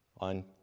on